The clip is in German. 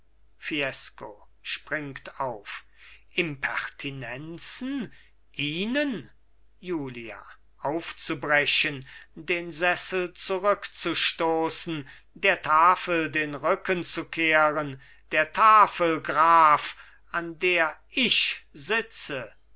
fiesco springt auf impertinenzen ihnen julia aufzubrechen den sessel zurückzustoßen der tafel den rücken zu kehren der tafel graf an der ich sitze